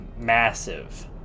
massive